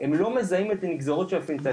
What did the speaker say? הם לא מזהים את הנגזרות של הפנטנילים,